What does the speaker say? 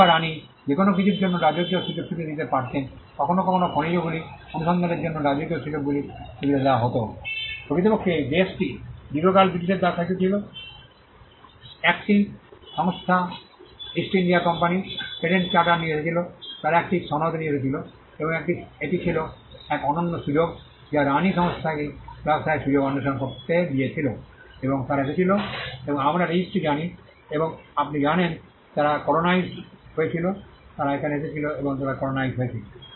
রাজা বা রানী যে কোনও কিছুর জন্য রাজকীয় সুযোগ সুবিধা দিতে পারতেন কখনও কখনও খনিজগুলি অনুসন্ধানের জন্য রাজকীয় সুযোগ সুবিধাগুলি দেওয়া হত প্রকৃতপক্ষে এই দেশটি দীর্ঘকাল ব্রিটিশদের দ্বারা শাসিত ছিল কারণ 1 টি সংস্থা East India Company patent charter নিয়ে এসেছিল তারা একটি সনদ নিয়ে এসেছিল এবং এটি ছিল এক অনন্য সুযোগ যা রানি সংস্থাকে ব্যবসায়ের সুযোগ অন্বেষণ করতে দিয়েছিল এবং তারা এসেছিল এবং আমরা রেজিস্ট্রি জানি এবং আপনি জানেন যে তারা কলোনাইসড হয়েছিল তারা এখানে এসেছিল এবং তারা কলোনাইসড হয়েছিল